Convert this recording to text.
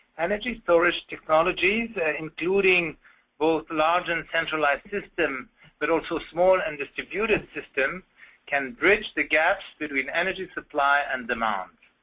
energy storage technology including both larger centralized system but also small and distributed system can bridge the gaps between energy supply and demand.